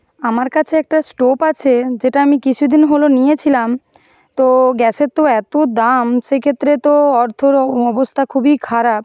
আমার কাছে একটা স্টোভ আছে যেটা আমি কিছু দিন হলো নিয়েছিলাম তো গ্যাসের তো এত দাম সেই ক্ষেত্রে তো অর্থরও অবস্থা খুবই খারাপ